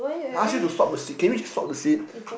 I ask you to swap the seat can we just swap the seat